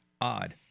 odd